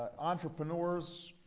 entrepreneurs,